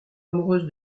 amoureuse